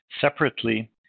Separately